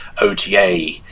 OTA